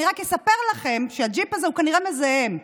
אני רק אספר לכם שהג'יפ הזה כנראה מזהם,